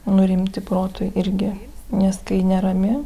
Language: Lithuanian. nurimti protui irgi nes kai nerami